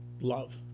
love